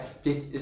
please